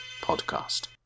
Podcast